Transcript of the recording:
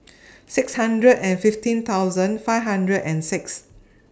six hundred and fifteen thousand five hundred and six